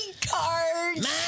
cards